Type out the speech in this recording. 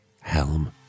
Helm